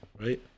right